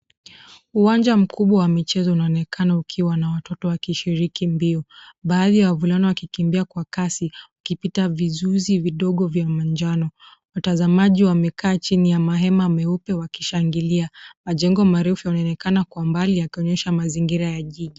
Uwanja mkubwa wa michezo unaonekana ukiwa na watoto wakishiriki mbio. Baadhi ya wavulana wakikimbia kwa kasi wakipita vizuzi vidogo vya manjano. Watazamaji wamekaa chini ya mahema meupe wakishangilia. Majengo marefu yanaonekana kwa mbali yakionyesha mazingira ya jiji.